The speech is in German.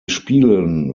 spielen